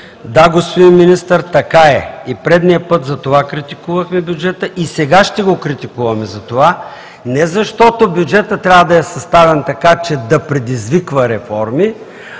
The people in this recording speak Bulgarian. Да, господин Министър, така е! Предния път затова критикувахме бюджета и сега ще го критикуваме за това, не защото бюджетът трябва да е съставен така, че да предизвиква реформи,